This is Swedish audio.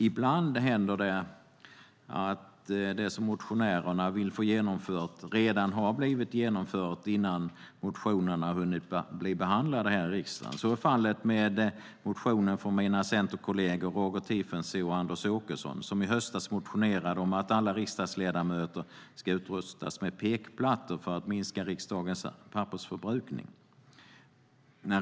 Ibland händer det att det som motionärerna vill få genomfört redan har blivit genomfört innan motionerna hunnit behandlas av riksdagen. Så är fallet med motionen av mina centerkolleger Roger Tiefensee och Anders Åkesson, som i höstas motionerade om att alla riksdagsledamöter ska utrustas med pekplattor för att minska riksdagens pappersförbrukning.